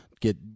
get